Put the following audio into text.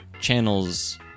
channels